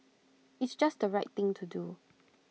it's just the right thing to do